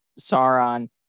Sauron